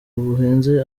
buhenze